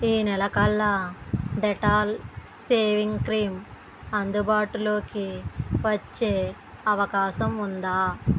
ఈ నెల కల్లా డేటాల్ షేవింగ్ క్రీం అందుబాటులోకి వచ్చే అవకాశం ఉందా